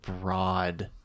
broad